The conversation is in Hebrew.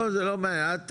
את,